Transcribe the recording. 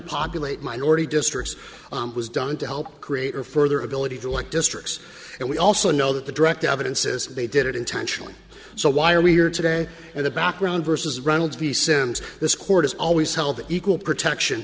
populated minority districts was done to help create or further ability to light districts and we also know that the direct evidence is they did it intentionally so why are we here today in the background versus reynolds v sems this court has always held that equal protection